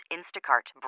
Instacart